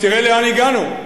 ותראה לאן הגענו.